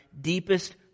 deepest